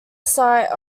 site